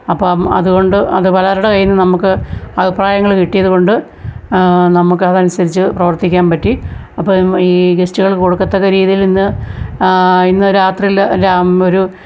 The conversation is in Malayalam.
അപ്പോൾ അതുകൊണ്ട് അത് പലരുടെ കൈയ്യിൽ നിന്നു നമുക്ക് അഭിപ്രായങ്ങൾ കിട്ടിയതു കൊണ്ട് നമുക്കതനുസരിച്ച് പ്രവർത്തിക്കാൻ പറ്റി അപ്പം ഈ ഗസ്റ്റുകൾ കൊടുക്കത്തക്ക രീതിയിൽ നിന്ന് ഇന്ന് രാത്രിയിൽ രാം ഒരു